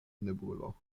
nebulo